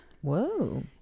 Whoa